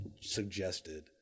suggested